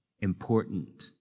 important